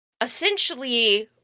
essentially